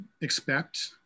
expect